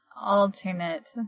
alternate